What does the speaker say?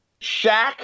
Shaq